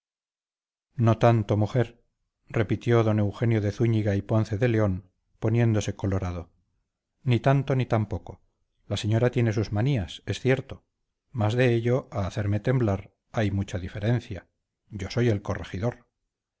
no tanto mujer repitió don eugenio de zúñiga y ponce de león poniéndose colorado ni tanto ni tan poco la señora tiene sus manías es cierto mas de ello a hacerme temblar hay mucha diferencia yo soy el corregidor